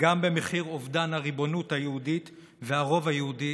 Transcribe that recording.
גם במחיר אובדן הריבונות היהודית והרוב היהודי,